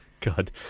God